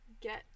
get